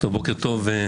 בוקר טוב,